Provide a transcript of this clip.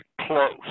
close